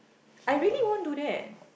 I really won't do that